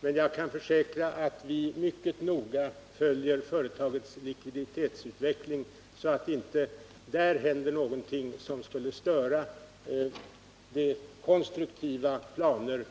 Men jag kan försäkra att vi mycket noga följer företagets likvida utveckling, så att där inte händer någonting som skulle störa de konstruktiva planer